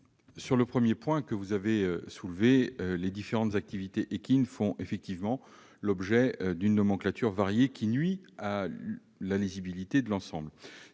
sur le premier point que vous avez soulevé, les différentes activités équines font l'objet d'une nomenclature variée, qui nuit à la lisibilité de l'ensemble.